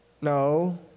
No